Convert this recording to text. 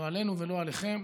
לא עלינו ולא עליכם.